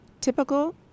typical